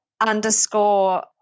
Underscore